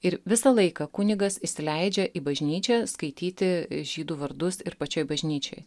ir visą laiką kunigas įsileidžia į bažnyčią skaityti žydų vardus ir pačioj bažnyčioj